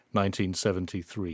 1973